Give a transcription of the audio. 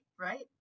right